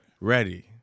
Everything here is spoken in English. Ready